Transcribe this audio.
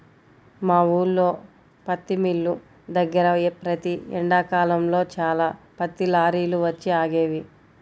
మా ఊల్లో పత్తి మిల్లు దగ్గర ప్రతి ఎండాకాలంలో చాలా పత్తి లారీలు వచ్చి ఆగేవి